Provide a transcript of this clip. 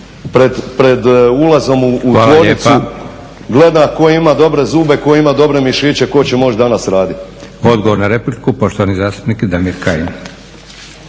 pred ulazom u tvornicu, gleda tko ima dobre zube, tko ima dobre mišiće, tko će moći danas raditi. **Leko, Josip (SDP)** Odgovor na repliku, poštovani zastupnik Damir Kajin.